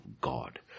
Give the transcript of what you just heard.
God